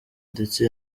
ndetse